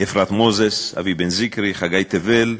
אפרת מוזס, אבי בן-זקרי, חגי תבל,